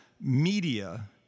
media